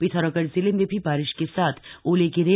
पिथौरागढ़ जिले में भी बारिश के साथ ओले गिरे